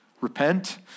Repent